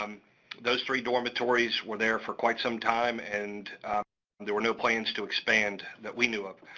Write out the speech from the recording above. um those three dormitories were there for quite some time, and there were no plans to expand, that we knew of.